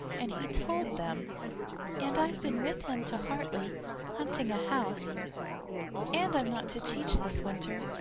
and he told them and i've been with him to hartley hunting a house and i'm not to teach this winter,